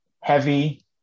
Heavy